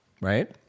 right